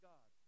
God